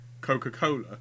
Coca-Cola